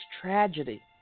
tragedy